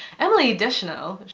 emily deschanel.